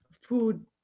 food